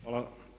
Hvala.